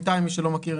מי שלא מכיר,